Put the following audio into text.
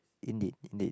indeed indeed